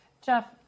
Jeff